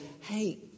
Hey